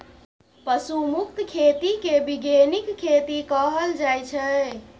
पशु मुक्त खेती केँ बीगेनिक खेती कहल जाइ छै